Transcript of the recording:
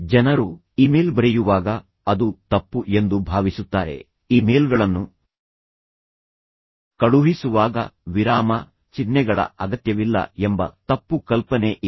ಜನರು ಇಮೇಲ್ ಬರೆಯುವಾಗ ಅದು ತಪ್ಪು ಎಂದು ಭಾವಿಸುತ್ತಾರೆ ಇಮೇಲ್ಗಳನ್ನು ಕಳುಹಿಸುವಾಗ ವಿರಾಮ ಚಿಹ್ನೆಗಳ ಅಗತ್ಯವಿಲ್ಲ ಎಂಬ ತಪ್ಪು ಕಲ್ಪನೆ ಇದೆ